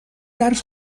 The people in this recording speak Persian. درس